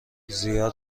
زیاد